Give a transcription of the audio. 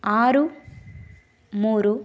ಆರು ಮೂರು